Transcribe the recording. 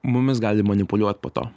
mumis gali manipuliuot po to